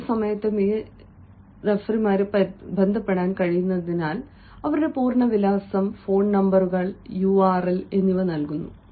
ഏത് സമയത്തും ഈ റഫറിമാരെ ബന്ധപ്പെടാൻ കഴിയുന്നതിനാൽ അവരുടെ പൂർണ്ണ വിലാസം ഫോൺ നമ്പറുകൾ URL കൾ എന്നിവ നൽകുന്നു